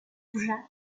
rougeâtre